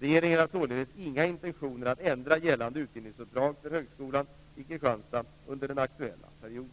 Regeringen har således inga intentioner att ändra gällande utbildningsuppdrag för Högskolan i Kristianstad under den aktuella perioden.